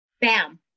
bam